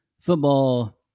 Football